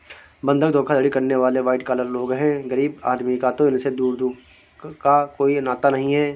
बंधक धोखाधड़ी करने वाले वाइट कॉलर लोग हैं गरीब आदमी का तो इनसे दूर दूर का कोई नाता नहीं है